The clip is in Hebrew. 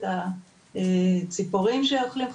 את הציפורים שאוכלים חרקים,